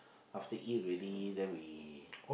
after eat ready then we